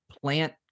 plant